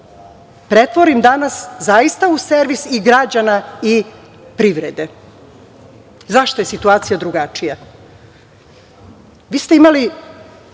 pretvorim danas zaista u servis i građana i privrede.Zašto je situacija drugačija? Vi ste imali